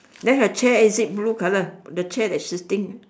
then her chair is it blue colour the chair that is shifting